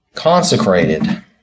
Consecrated